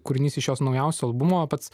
kūrinys iš jos naujausio albumo pats